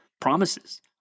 promises